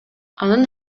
анын